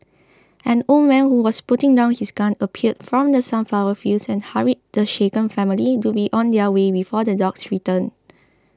an old man who was putting down his gun appeared from the sunflower fields and hurried the shaken family to be on their way before the dogs return